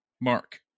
mark